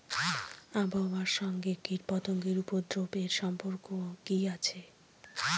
আবহাওয়ার সঙ্গে কীটপতঙ্গের উপদ্রব এর সম্পর্ক কি আছে?